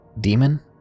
Demon